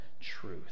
truth